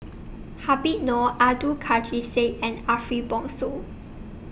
Habib Noh Abdul Kadir Syed and Ariff Bongso